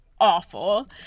awful